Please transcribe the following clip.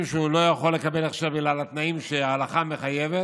שהוא לא יכול לקבל הכשר בגלל התנאים שההלכה מחייבת,